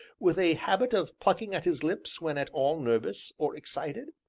with a habit of plucking at his lips when at all nervous or excited?